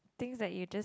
things that you just